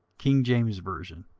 king james version,